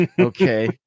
Okay